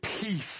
peace